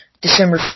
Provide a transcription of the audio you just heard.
December